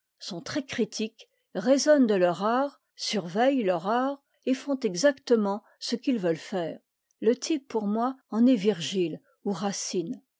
sont très critiques raisonnent de leur art surveillent leur art et font exactement ce qu'ils veulent faire le type pour moi en est virgile ou